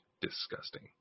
disgusting